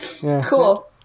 Cool